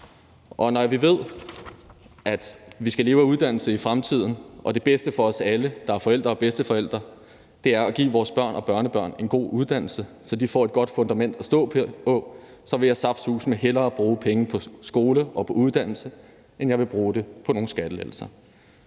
Og når vi ved, at vi skal leve af uddannelse i fremtiden og det bedste for alle os, der er forældre og bedsteforældre, er at give vores børn og børnebørn en god uddannelse, så de får et godt fundament at stå på, så vil jeg saftsuseme hellere bruge penge på skole og på uddannelse, end jeg vil bruge dem på nogle skattelettelser.